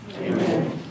Amen